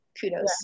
kudos